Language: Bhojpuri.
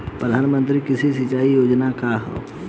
प्रधानमंत्री कृषि सिंचाई योजना का ह?